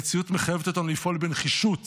המציאות מחייבת אותנו לפעול בנחישות